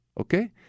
Okay